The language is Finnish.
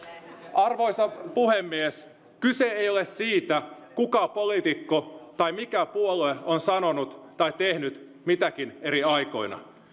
arvoisa puhemies kyse ei ole siitä kuka poliitikko tai mikä puolue on sanonut tai tehnyt mitäkin eri aikoina